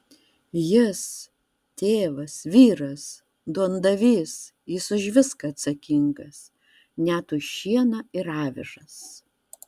jis tėvas vyras duondavys jis už viską atsakingas net už šieną ir avižas